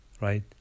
right